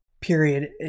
period